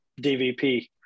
DVP